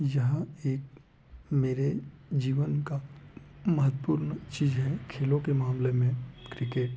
यह एक मेरे जीवन का महत्वपूर्ण चीज़ है खेलों के मामले में क्रिकेट